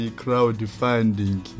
crowdfunding